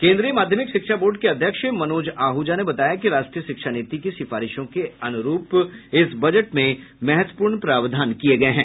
केन्द्रीय माध्यमिक शिक्षा बोर्ड के अध्यक्ष मनोज आहूजा ने बताया कि राष्ट्रीय शिक्षा नीति की सिफारिशों के अनुरूप इस बजट में महत्वपूर्ण प्रावधान किये गए हैं